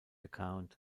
account